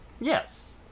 Yes